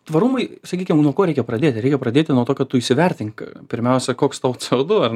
tvarumui sakykim nuo ko reikia pradėti reikia pradėti nuo to kad tu įsivertink pirmiausia koks tau c o du ar